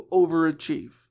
overachieve